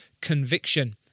conviction